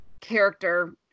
character